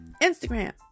Instagram